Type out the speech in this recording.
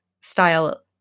style